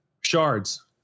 Shards